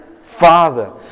Father